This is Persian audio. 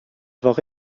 واقع